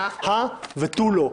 הא ותו לא.